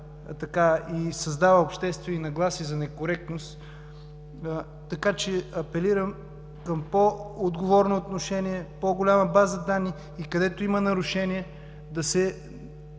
и създава обществени нагласи за некоректност, така че апелирам към по-отговорно отношение, по-голяма база данни и където има нарушение да